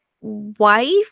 wife